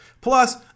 Plus